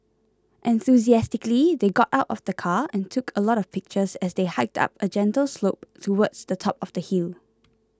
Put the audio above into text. enthusiastically they got out of the car and took a lot of pictures as they hiked up a gentle slope towards the top of the hill